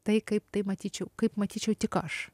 tai kaip tai matyčiau kaip matyčiau tik aš